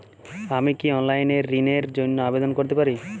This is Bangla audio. আমি কি অনলাইন এ ঋণ র জন্য আবেদন করতে পারি?